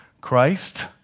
Christ